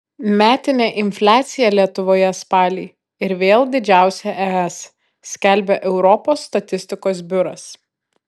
metinė infliacija lietuvoje spalį ir vėl didžiausia es skelbia europos statistikos biuras